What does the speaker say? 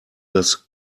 das